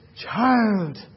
child